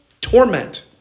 torment